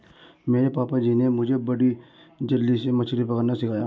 मेरे पापा जी ने मुझे बड़ी जाली से मछली पकड़ना सिखाया